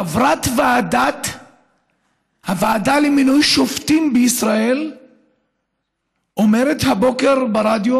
חברת הוועדה למינוי שופטים בישראל אומרת הבוקר ברדיו